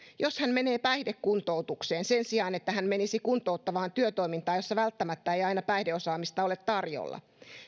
menee päihdekuntoutukseen sen sijaan että hän menisi kuntouttavaan työtoimintaan jossa välttämättä ei aina päihdeosaamista ole tarjolla